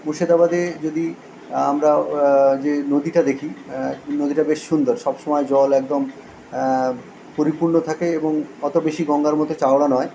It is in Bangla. মুর্শিদাবাদে যদি আমরাও যে নদীটা দেখি নদীটা বেশ সুন্দর সব সময় জল একদম পরিপূর্ণ থাকে এবং অতো বেশি গঙ্গার মতো চওড়া নয়